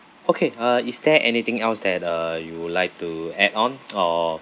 okay uh is there anything else that uh you would like to add on or